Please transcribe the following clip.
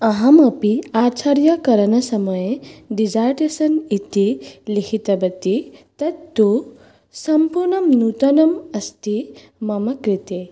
अहमपि आचार्यकरणसमये डिजार्टेसन् इति लिखितवती तत्तु सम्पूर्णं नूतनम् अस्ति मम कृते